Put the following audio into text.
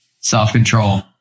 self-control